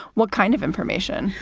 what kind of information?